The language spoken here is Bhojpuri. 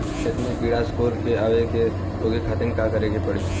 खेत मे कीड़ा मकोरा के आवे से रोके खातिर का करे के पड़ी?